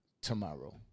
tomorrow